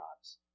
jobs